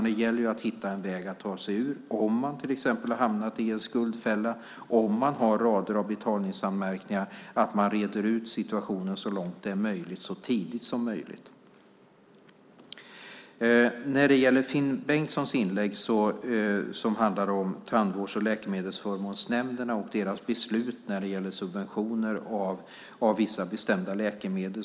Det gäller ju att hitta en väg att ta sig ur om man har hamnat i en skuldfälla och om man har rader av betalningsanmärkningar. Det gäller att man reder ut situationen så långt det är möjligt så tidigt som möjligt. Finn Bengtssons inlägg handlade om Tandvårds och läkemedelsförmånsverket och deras beslut när det gäller subventioner av vissa bestämda läkemedel.